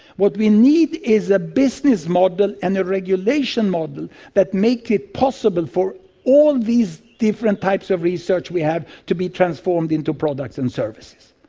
what we need is a business model and a regulation model that makes it possible for all these different types of research we have to be transformed into products and services,